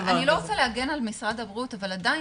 רוצה להגן על משרד הבריאות אבל עדין,